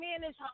manage